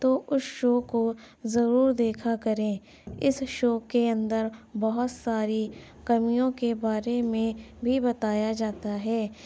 تو اس شو کو ضرور دیکھا کریں اس شو کے اندر بہت ساری کمیوں کے بارے میں بھی بتایا جاتا ہے